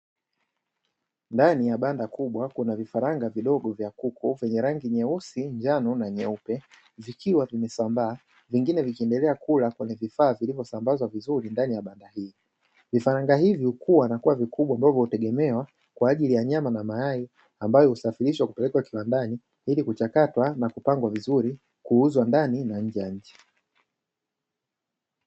Ndani ya banda kubwa kuna vifaranga vidogo vya kuku, vyenye rangi nyeusi, njano na nyeupe; vikiwa vimesambaa na vingine vikiwa vinakula kwenye vifaa ndani ya banda hili. Vifaranga hivi hukua na kuwa vikubwa, ambavyo hutegemewa kwa ajili ya nyama na mayai, ambayo husafirishwa kupelekwa kiwandani ili kuchakatwa na kupangwa vizuri, kuuzwa ndani na nje ya nchi.